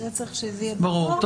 זה צריך שזה יהיה ברור.